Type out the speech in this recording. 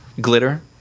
Glitter